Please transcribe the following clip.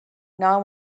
now